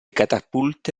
catapulte